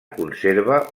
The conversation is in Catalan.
conserva